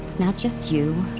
not just you,